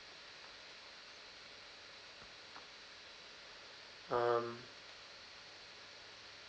um